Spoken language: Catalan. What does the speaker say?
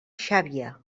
xàbia